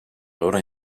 loro